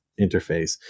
interface